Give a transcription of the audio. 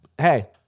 Hey